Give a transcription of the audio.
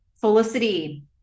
Felicity